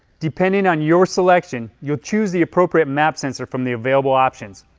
depending on your selection, you'll choose the appropriate map sensor from the available options.